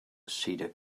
cedar